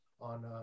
on